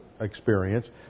experience